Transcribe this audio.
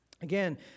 Again